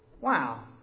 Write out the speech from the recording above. Wow